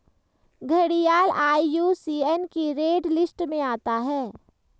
घड़ियाल आई.यू.सी.एन की red list में आता है